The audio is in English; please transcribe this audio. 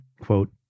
quote